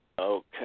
Okay